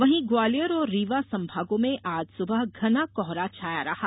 वहीं ग्वालियर और रीवा संभागों में आज सुबह घना कोहरा छाया रहा